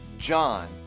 John